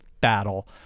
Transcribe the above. battle